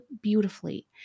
beautifully